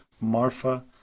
Marfa